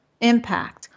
impact